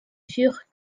furent